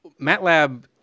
matlab